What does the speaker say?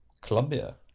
Colombia